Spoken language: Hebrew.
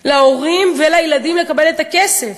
להורים ולילדים לקבל את הכסף